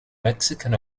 mexican